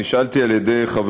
נשאלתי על ידי חבר